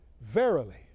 Verily